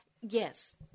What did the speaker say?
Yes